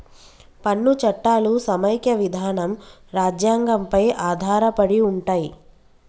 పన్ను చట్టాలు సమైక్య విధానం రాజ్యాంగం పై ఆధారపడి ఉంటయ్